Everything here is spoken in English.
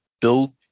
build